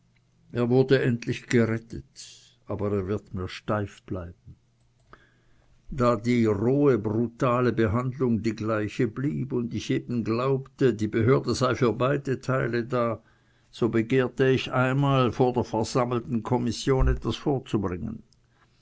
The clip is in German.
er wurde endlich gerettet allein er wird mir steif bleiben da die rohe brutale behandlung die gleiche blieb und ich eben glaubte die behörde sei für beide teile da so begehrte ich einmal der versammelten kommission etwas vorzubringen